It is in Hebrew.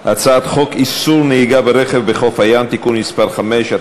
הצעת חוק איסור נהיגה ברכב בחוף הים (תיקון מס' 5),